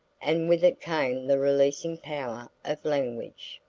and with it came the releasing power of language.